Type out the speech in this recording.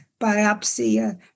biopsy